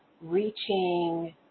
reaching